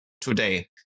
today